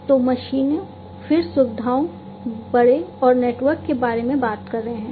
तो हम मशीनों फिर सुविधाओं बेड़े और नेटवर्क के बारे में बात कर रहे हैं